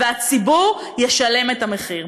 והציבור ישלם את המחיר.